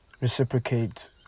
reciprocate